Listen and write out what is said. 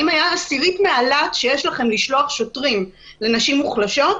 הלוואי והיה עשירית מהלהט שיש לכם לשלוח שוטרים לנשים מוחלשות,